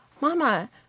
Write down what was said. mama